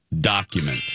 document